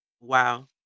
wow